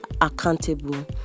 accountable